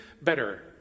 better